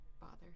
bother